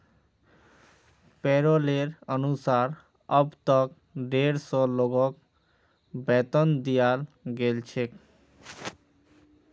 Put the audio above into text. पैरोलेर अनुसार अब तक डेढ़ सौ लोगक वेतन दियाल गेल छेक